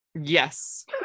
Yes